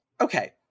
Okay